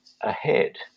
ahead